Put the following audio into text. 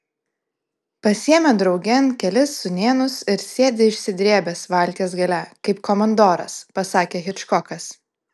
pasiėmė draugėn kelis sūnėnus ir sėdi išsidrėbęs valties gale kaip komandoras pasakė hičkokas